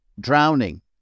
drowning